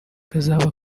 kazaba